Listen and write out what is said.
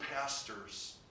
pastor's